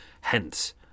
Hence